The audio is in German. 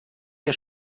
der